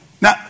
Now